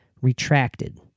retracted